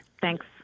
Thanks